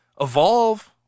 evolve